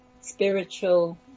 spiritual